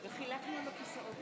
חבר הכנסת אבידר,